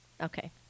Okay